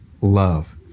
love